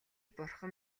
бурхан